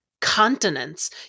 continents